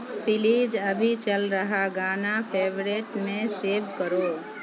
please ابھی چل رہا گانا فیورٹ میں سیو کرو